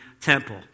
temple